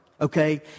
okay